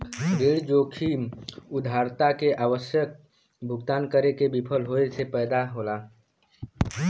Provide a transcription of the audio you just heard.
ऋण जोखिम उधारकर्ता से आवश्यक भुगतान करे में विफल होये से पैदा होला